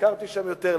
ביקרתי שם יותר,